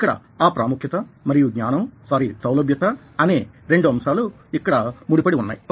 ఇక్కడ ప్రాముఖ్యత మరియు జ్ఞానం సారీ సౌలభ్యత అనే రెండు అంశాలు ఇక్కడ ముడిపడి ఉన్నాయి